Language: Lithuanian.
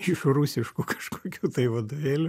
iš rusiškų kažkokių tai vadovėlių